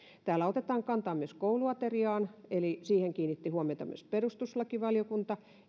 täällä otetaan kantaa myös kouluateriaan siihen kiinnitti huomiota myös perustuslakivaliokunta